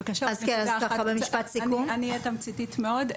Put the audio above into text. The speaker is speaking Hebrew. אני אהיה תמציתית מאוד.